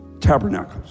tabernacles